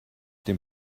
dem